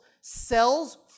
Cells